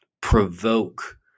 provoke